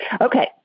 Okay